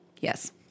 Yes